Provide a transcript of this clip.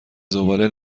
زباله